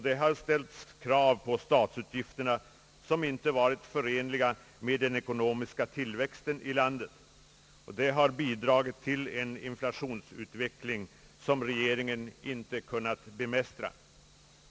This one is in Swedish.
Det har ställts krav på statsutgifterna, som inte varit förenliga med den ekonomiska tillväxten i landet. Det har bidragit till en inflationsutveckling som regeringen inte har kunnat bemästra.